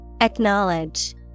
Acknowledge